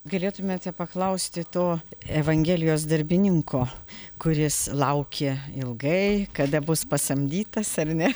galėtumėte paklausti to evangelijos darbininko kuris laukė ilgai kada bus pasamdytas ar ne